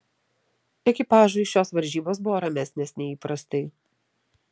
ekipažui šios varžybos buvo ramesnės nei įprastai